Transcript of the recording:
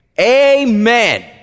Amen